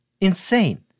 insane